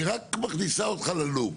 היא רק מכניסה אותך ללופ,